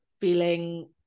feeling